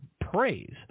praise